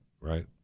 right